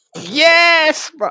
Yes